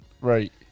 Right